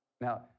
now